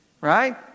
right